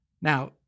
Now